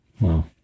Wow